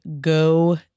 go